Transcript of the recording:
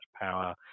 power